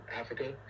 Africa